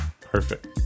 Perfect